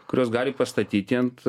kurios gali pastatyti ant